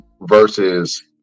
versus